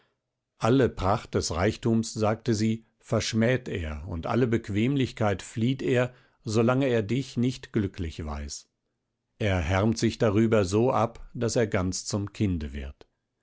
alle pracht des reichtums sagte sie verschmäht er und alle bequemlichkeit flieht er so lange er dich nicht glücklich weiß er härmt sich darüber so ab daß er ganz zum kinde wird